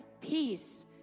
peace